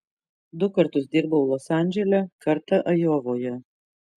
du kartus dirbau los andžele kartą ajovoje